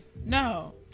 no